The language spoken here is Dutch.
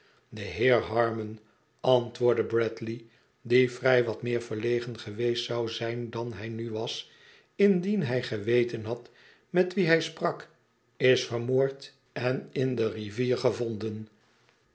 ideheerharmon antwoordde bradley die vrij wat meer verlegen geweest zou zijn dan hij nu was indien hij geweten had met wien hij prak is vermoord in de rivier gevonden